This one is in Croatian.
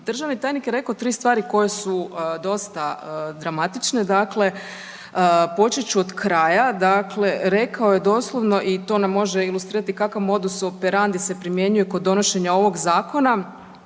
državni tajnik je rekao 3 stvari koje su dosta dramatične. Dakle, počet ću od kraja. Dakle, rekao je doslovno i to nam može ilustrirati kakav modus operandi se primjenjuje kod donošenja ovog Zakona.